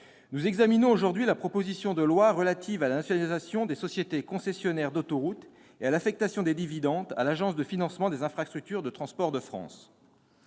politique. Avec cette proposition de loi relative à la nationalisation des sociétés concessionnaires d'autoroutes et à l'affectation des dividendes à l'Agence de financement des infrastructures de transport de France,